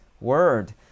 word